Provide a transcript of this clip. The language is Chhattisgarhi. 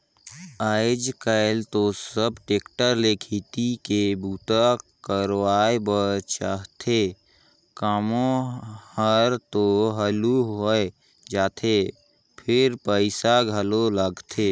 आयज कायल तो सब टेक्टर ले खेती के बूता करवाए बर चाहथे, कामो हर तो हालु होय जाथे फेर पइसा घलो लगथे